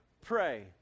pray